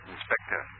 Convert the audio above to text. Inspector